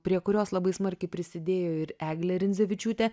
prie kurios labai smarkiai prisidėjo ir eglė rindzevičiūtė